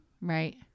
Right